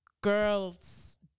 girls